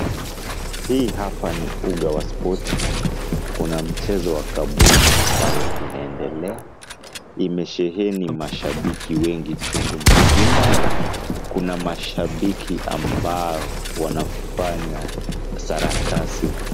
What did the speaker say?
Hii hapa ni uga wa spoti. Kuna mchezo wa kabumbu ambao unaendelea. Imesheheni mashabiki wengi chungu mzima. Kuna mashabiki ambao wanafanya sarakasi.